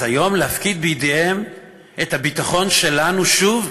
אז היום להפקיד בידיהם את הביטחון שלנו שוב?